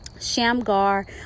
Shamgar